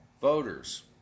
voters